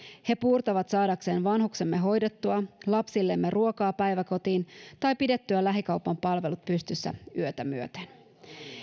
he puurtavat saadakseen vanhuksemme hoidettua lapsillemme ruokaa päiväkotiin tai pidettyä lähikaupan palvelut pystyssä yötä myöten